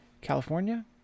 California